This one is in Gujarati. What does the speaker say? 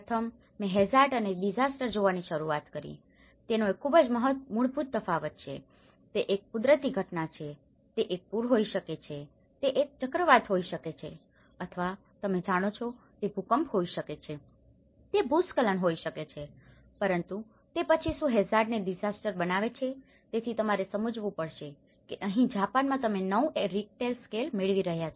પ્રથમ મેં હેઝાર્ડ અને ડીઝાસ્ટર જોવાની શરૂઆત કરી તેનો એક ખૂબ જ મૂળભૂત તફાવત છે તે એક કુદરતી ઘટના છે તે એક પૂર હોઈ શકે છે તે એક ચક્રવાત હોઈ શકે છે અથવા તમે જાણો છો તે ભૂકંપ હોઈ શકે છે તે ભૂસ્ખલન હોઈ શકે છે પરંતુ તે પછી શું હેઝાર્ડને ડીઝાસ્ટર બનાવે છે તેથી તમારે સમજવું પડશે કે અહીં જાપાનમાં તમે 9 રિક્ટર સ્કેલ મેળવી રહ્યા છો